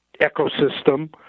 ecosystem